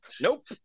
Nope